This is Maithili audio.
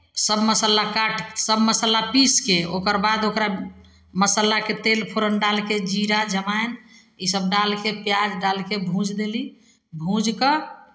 सभ मसल्ला काट सभ मसाला पीसि कऽ ओकर बाद ओकरा मसालाके तेल फोरन डालि कऽ जीरा जमाइन इसभ डालि कऽ प्याज डालि कऽ भूजि देली भूजि कऽ